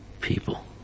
people